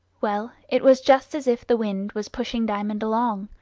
well, it was just as if the wind was pushing diamond along.